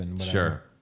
Sure